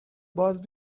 باز